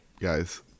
guys